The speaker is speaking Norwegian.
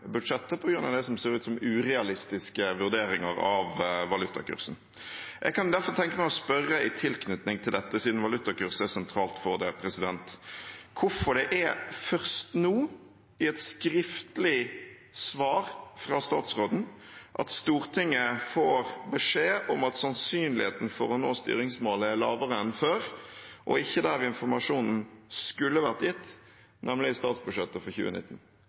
budsjettet på grunn av det som ser ut som urealistiske vurderinger av valutakursen. Siden valutakurs er sentralt, kan jeg i tilknytning til dette derfor tenke meg å spørre hvorfor det er først nå, i et skriftlig svar fra statsråden, at Stortinget får beskjed om at sannsynligheten for å nå styringsmålet er lavere enn før, og ikke der informasjonen skulle vært gitt, nemlig i statsbudsjettet for 2019.